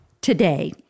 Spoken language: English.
today